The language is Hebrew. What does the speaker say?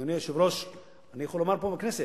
אדוני היושב-ראש, אני יכול לומר פה בכנסת,